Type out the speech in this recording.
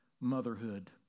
motherhood